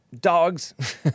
dogs